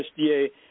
USDA